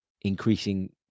increasing